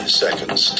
seconds